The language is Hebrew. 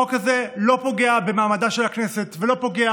החוק הזה לא פוגע במעמדה של הכנסת ולא פוגע